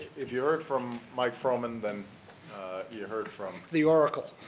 if you heard from mike frohman, then you heard from the ah